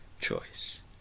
choice